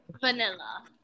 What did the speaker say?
Vanilla